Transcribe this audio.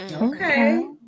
Okay